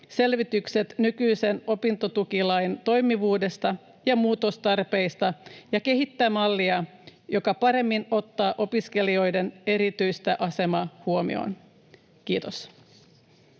selvitykset nykyisen opintotukilain toimivuudesta ja muutostarpeista ja kehittää mallia, joka paremmin ottaa opiskelijoiden erityistä asemaa huomioon. — Kiitos.